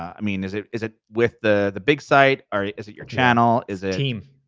i mean is it is it with the the big site, um is it your channel, is team.